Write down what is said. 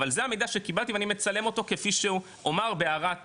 אבל זה המידע שקיבלתי ואני מצלם אותו כפי שאומר בהערת ביניים,